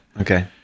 okay